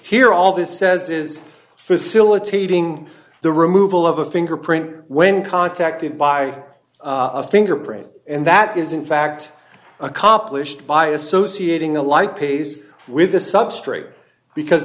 here all this says is facilitating the removal of a fingerprint when contacted by a fingerprint and that is in fact accomplished by associating the light pays with the substrate because